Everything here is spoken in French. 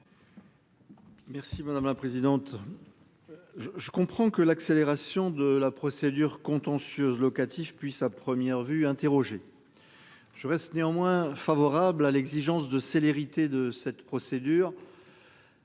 Merci madame la présidente. Je, je comprends que l'accélération de la procédure contentieuse locatif puisse à première vue interroger. Je reste néanmoins favorable à l'exigence de célérité de cette procédure.